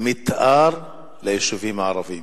מיתאר ליישובים הערביים.